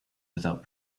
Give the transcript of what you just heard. without